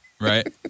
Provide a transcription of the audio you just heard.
right